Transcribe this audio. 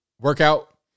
workout